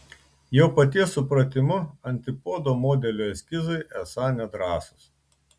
jo paties supratimu antipodo modelio eskizai esą nedrąsūs